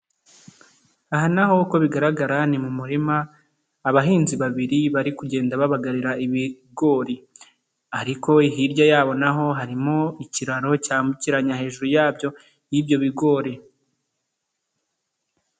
Aha na ho uko bigaragara ni mu murima abahinzi babiri bari kugenda babagarira ibigori, ariko hirya yabo na ho harimo ikiraro cyambukiranya hejuru yabyo y'ibyo bigori.